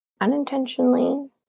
unintentionally